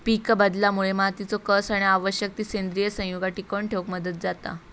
पीकबदलामुळे मातीचो कस आणि आवश्यक ती सेंद्रिय संयुगा टिकवन ठेवक मदत जाता